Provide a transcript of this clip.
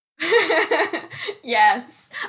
Yes